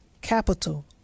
capital